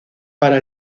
para